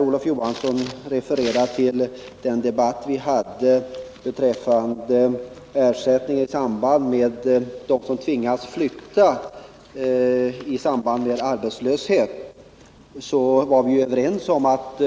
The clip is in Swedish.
Olof Johansson refererar till den debatt vi förde beträffande ersättning till dem som tvingas flytta i samband med arbetslöshet. När den debatten fördes var vi överens om att